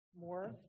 more